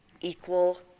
equal